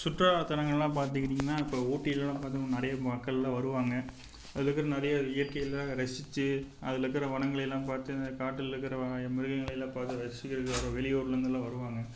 சுற்றுலா தலங்கள்லாம் பார்த்துக்கிட்டீங்னா இப்போ ஊட்டிலாம் பார்த்தம்னா நிறையா மக்கள்லாம் வருவாங்க அதுக்கு அப்புறம் நிறைய இயற்கையெல்லாம் ரசித்து அதில் இருக்கிற வனங்களை எல்லாம் பார்த்து காட்டில் இருக்கிற மிருகங்களை எல்லாம் பார்த்து ரசிக்கிறதுக்கு வர வெளியூரில் இருந்தெல்லாம் வருவாங்க